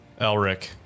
Elric